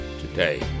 today